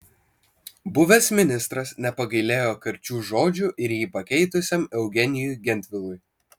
buvęs ministras nepagailėjo karčių žodžių ir jį pakeitusiam eugenijui gentvilui